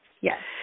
Yes